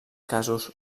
casos